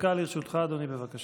דקה לרשותך, אדוני, בבקשה.